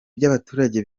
by’abaturage